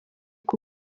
busa